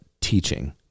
teaching